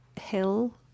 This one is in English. hill